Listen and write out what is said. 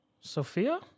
Sophia